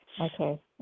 Okay